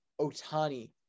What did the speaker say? Otani